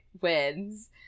wins